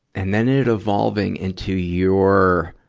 and then it evolving into your,